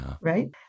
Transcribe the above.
right